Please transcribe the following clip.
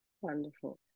Wonderful